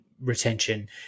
retention